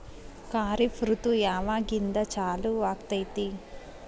ಖಾರಿಫ್ ಋತು ಯಾವಾಗಿಂದ ಚಾಲು ಆಗ್ತೈತಿ?